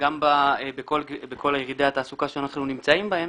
בכל ירידי התעסוקה שאנחנו נמצאים בהם,